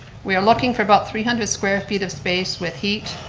we are looking for about three hundred square feet of space with heat,